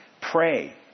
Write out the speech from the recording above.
pray